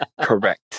Correct